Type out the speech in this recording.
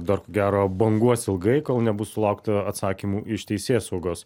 dar ko gero banguos ilgai kol nebus sulaukta atsakymų iš teisėsaugos